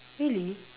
really